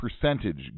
percentage